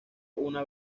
una